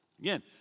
Again